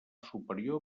superior